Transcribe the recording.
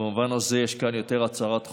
במובן הזה יש כאן יותר הצהרת חוק,